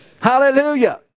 Hallelujah